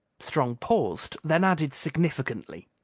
strong paused, then added significantly,